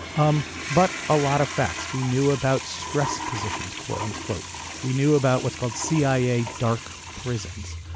um but a lot of facts we knew about stress positions quote unquote we knew about what's called cia dark prisons.